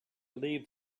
leave